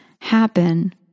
happen